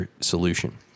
solution